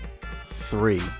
Three